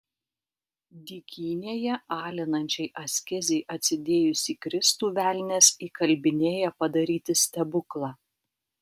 dykynėje alinančiai askezei atsidėjusį kristų velnias įkalbinėja padaryti stebuklą